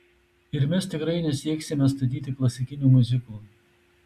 ir mes tikrai nesieksime statyti klasikinių miuziklų